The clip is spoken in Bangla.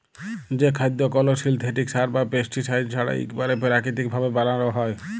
যে খাদ্য কল সিলথেটিক সার বা পেস্টিসাইড ছাড়া ইকবারে পেরাকিতিক ভাবে বানালো হয়